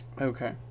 Okay